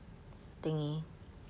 thingy